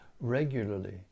regularly